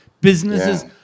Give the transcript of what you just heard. businesses